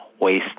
waste